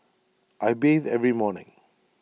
I bathe every morning